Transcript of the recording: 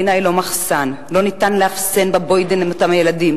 העניין מחריף עוד יותר עכשיו.